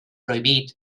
prohibit